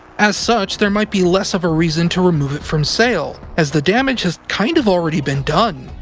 as such, there might be less of a reason to remove it from sale, as the damage has kind of already been done.